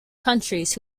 countries